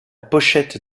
pochette